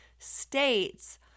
states